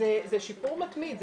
זה שיפור מתמיד.